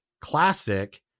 Classic